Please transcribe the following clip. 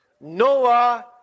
Noah